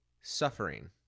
suffering